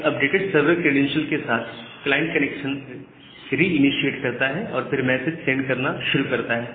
इस updated server credentials के साथ क्लाइंट्स कनेक्शन रिइनीशिएट करता है और फिर मैसेज सेंड करना शुरू करता है